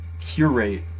curate